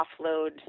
offload